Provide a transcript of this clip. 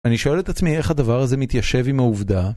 אני שואל את עצמי, איך הדבר הזה מתיישב עם העובדה?